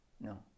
No